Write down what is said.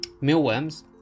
mealworms